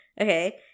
Okay